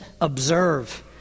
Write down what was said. observe